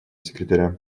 секретаря